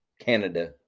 canada